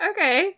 Okay